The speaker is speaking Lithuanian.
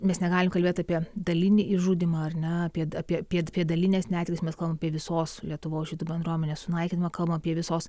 mes negalim kalbėt apie dalinį išžudymą ar ne apie apie dalinės netektis mes kalbam visos lietuvos žydų bendruomenės sunaikinimą kalbam apie visos